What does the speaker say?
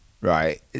right